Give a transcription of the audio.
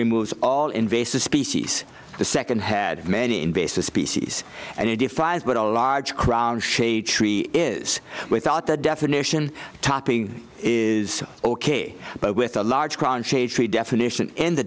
removes all invasive species the second had many invasive species and it defies what a large crown shade tree is without a definition topping is ok but with a large ground shade tree definition in the